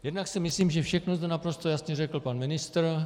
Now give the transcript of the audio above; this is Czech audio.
Jednak si myslím, že všechno zde naprosto jasně řekl pan ministr.